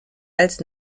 als